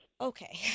Okay